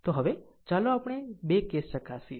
તો હવે ચાલો આપણે 2 કેસ ચકાસીએ